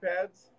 pads